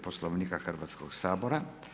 Poslovnika Hrvatskog sabora.